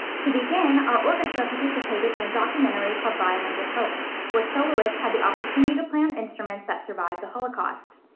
to begin, our orchestra participated in a documentary called violins of hope where soloists had the opportunity to play on instruments that survived the holocaust.